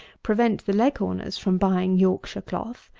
prevent the leghorners from buying yorkshire cloth,